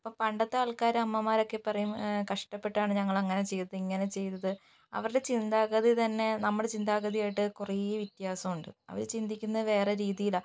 ഇപ്പോൾ പണ്ടത്തെ ആൾക്കാര് അമ്മമാരൊക്കെ പറയും കഷ്ടപ്പെട്ടാണ് ഞങ്ങളങ്ങനെ ചെയ്തത് ഇങ്ങനെ ചെയ്തത് അവരുടെ ചിന്താഗതി തന്നെ നമ്മടെ ചിന്താഗതിയായിട്ട് കുറെ വിത്യാസമുണ്ട് അവരു ചിന്തിക്കുന്ന വേറെ രീതിയിലാണ്